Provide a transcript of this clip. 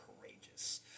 courageous